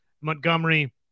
Montgomery